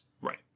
Right